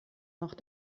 noch